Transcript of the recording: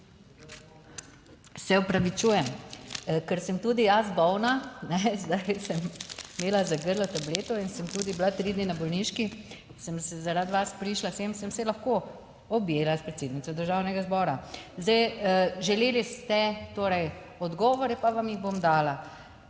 Se opravičujem, ker sem tudi jaz bolna. Zdaj sem imela za grlo tableto in sem tudi bila tri dni na bolniški. Sem se zaradi vas prišla sem, sem se lahko objela s predsednico Državnega zbora. Zdaj želeli ste torej odgovore, pa vam jih bom dala.